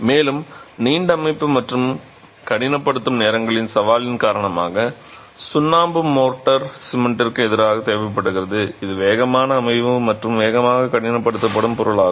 மேலும் நீண்ட அமைப்பு மற்றும் கடினப்படுத்தும் நேரங்களின் சவாலின் காரணமாக சுண்ணாம்பு மோர்ட்டார் சிமெண்டிற்கு எதிராக தேவைப்படுகிறது இது வேகமான அமைவு மற்றும் வேகமாக கடினப்படுத்தும் பொருளாகும்